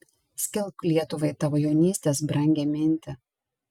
skelbk lietuvai tavo jaunystės brangią mintį